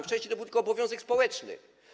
Wcześniej to był tylko obowiązek społeczny.